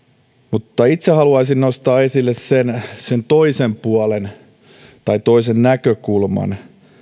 mutta itse haluaisin nostaa esille sen sen toisen puolen tai toisen näkökulman